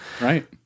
Right